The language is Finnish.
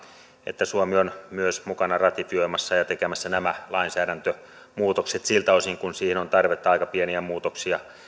että suomi on myös mukana ratifioimassa ja tekemässä nämä lainsäädäntömuutokset siltä osin kuin siihen on tarvetta aika pieniä muutoksia